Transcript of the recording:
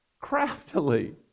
craftily